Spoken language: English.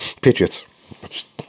Patriots